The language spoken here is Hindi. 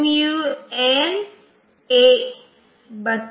अब यह कैसे पढ़ेगा